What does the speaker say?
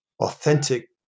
authentic